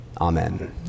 Amen